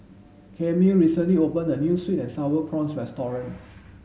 Camille recently opened a new sweet and sour prawns restaurant